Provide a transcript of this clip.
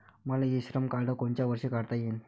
मले इ श्रम कार्ड कोनच्या वर्षी काढता येईन?